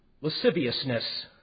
lasciviousness